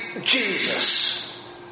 Jesus